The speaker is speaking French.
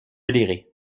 lirai